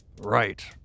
Right